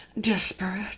desperate